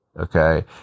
okay